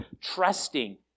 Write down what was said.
trusting